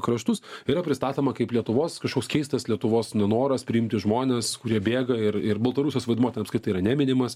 kraštus yra pristatoma kaip lietuvos kažkoks keistas lietuvos nenoras priimti žmones kurie bėga ir ir baltarusijos vaidmuo ten apskritai yra neminimas